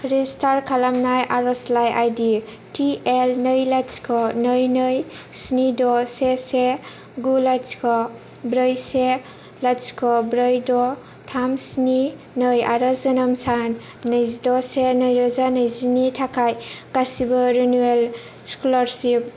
register खालामनाय आर'जलाइ I D T L नै लाथिख' नै नै स्नि द' से से गु लाथिख' ब्रै से लाथिख' ब्रै द' थाम स्नि नै आरो जोनोम सान नैजिद' से नैरोजा नैजिनि थाखाय गासिबो रिनिउयेल स्क'लारसिप